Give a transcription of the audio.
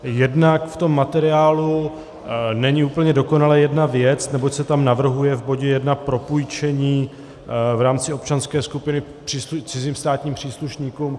Jednak v tom materiálu není úplně dokonalá jedna věc, neboť se tam navrhuje v bodě 1 propůjčení v rámci občanské skupiny cizím státním příslušníkům.